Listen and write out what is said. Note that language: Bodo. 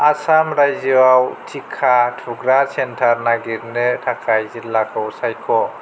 आसाम रायजोआव टिका थुग्रा सेन्टार नागिरनो थाखाय जिल्लाखौ सायख'